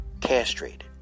castrated